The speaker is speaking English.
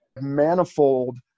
manifold